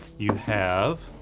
you have